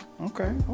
okay